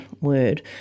word